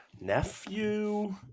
nephew